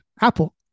Apple